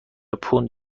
پوند